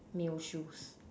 male shoes